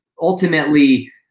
ultimately